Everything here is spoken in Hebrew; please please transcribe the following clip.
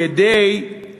כדוגמת מה?